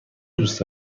دوست